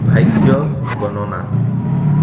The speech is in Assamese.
ভাগ্য গণনা